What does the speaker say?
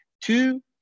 Two